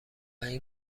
این